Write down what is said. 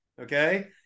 okay